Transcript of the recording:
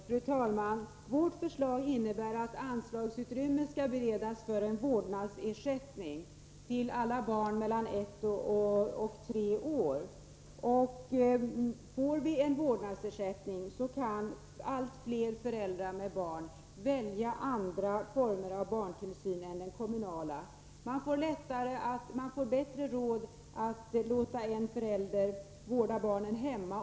Fru talman! Vårt förslag innebär att anslagsutrymme skall beredas för en vårdnadsersättning till alla barn mellan ett och tre år. Med en vårdnadsersätt ning kan allt fler föräldrar välja andra former av barntillsyn än den kommunala. Familjerna får bättre råd att, om de så önskar, låta en förälder vårda barnen hemma.